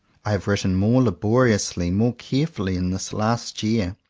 i have written more laboriously, more carefully, in this last year,